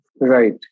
Right